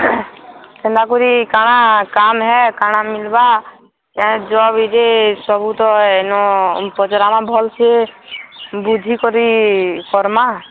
କେନ୍ତା କରି କା'ଣା କାମ୍ ଆଏ କା'ଣା ମିଲ୍ବା କାଏଁ ଜବ୍ ଆଏ'ଯେ ସବୁ ତ ହେନ ପଚ୍ରାମା ଭଲ୍ସେ ବୁଝିକରି କର୍ମା